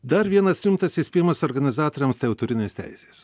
dar vienas rimtas įspėjimas organizatoriams tai autorinės teisės